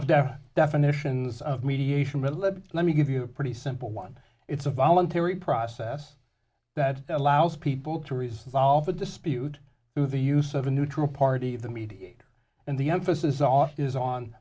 deaf definitions of mediation let me give you a pretty simple one it's a voluntary process that allows people to resolve a dispute through the use of a neutral party of the media and the emphasis